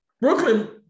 Brooklyn